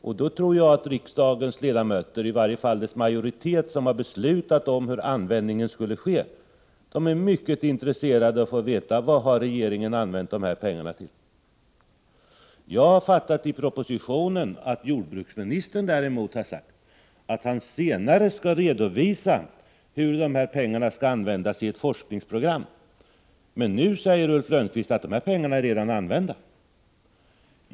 Jag tror att riksdagens ledamöter — i varje fall majoriteten av dem — som har beslutat hur användningen skulle ske är mycket intresserade av att få veta vad regeringen har använt pengarna till. Av propositionen har jag förstått att jordbruksministern senare skall redovisa hur dessa pengar skall användas i ett forskningsprogram. Men nu säger Ulf Lönnqvist att dessa medel redan är använda.